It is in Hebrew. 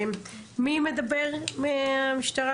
מי מהמשטרה?